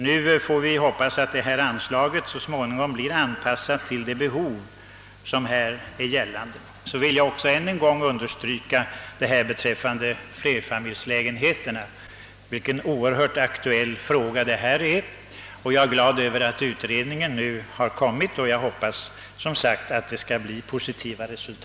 Vi får hoppas att detta anslag så småningom blir anpassat till det behov som föreligger. Jag vill än en gång betona hur oerhört aktuell frågan om flerfamiljshusen är. Jag är glad över att utredningen nu har kommit och hoppas, som sagt, att resultatet skall bli positivt.